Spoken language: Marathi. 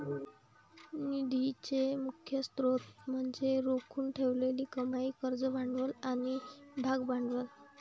निधीचे मुख्य स्त्रोत म्हणजे राखून ठेवलेली कमाई, कर्ज भांडवल आणि भागभांडवल